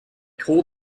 call